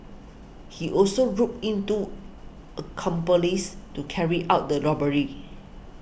he also roped in two accomplices to carry out the robbery